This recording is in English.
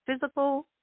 physical